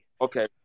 Okay